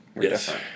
Yes